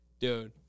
Dude